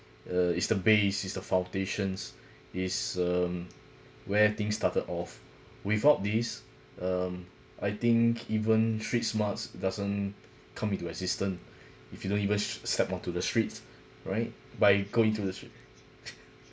uh is the base is the foundations is um where things started off without these um I think even street smarts doesn't come into assistance if you don't even s~ stepped onto the streets right by go into the str~